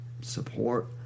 support